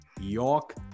York